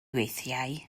weithiau